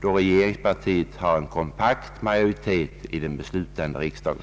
då regeringspartiet har en kompakt majoritet i den beslutande riksdagen.